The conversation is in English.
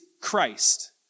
Christ